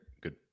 good